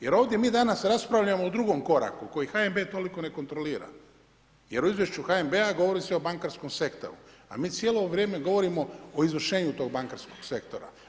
Jer ovdje mi danas raspravljamo o drugom koraku koji HNB toliko ne kontrolira, jer u izvješću HNB-a govori se o bankarskom sektoru a mi cijelo vrijeme govorimo o izvršenju tog bankarskog sektora.